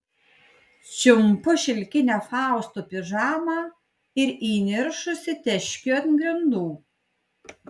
čiumpu šilkinę fausto pižamą ir įniršusi teškiu ant grindų